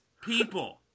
people